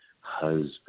husband